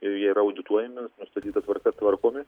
ir jie yra audituojami nustatyta tvarka tvarkomi